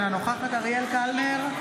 אינה נוכחת אריאל קלנר,